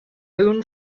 own